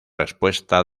respuesta